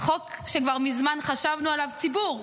זה חוק שכבר מזמן חשבנו עליו, מהציבור,